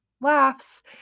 laughs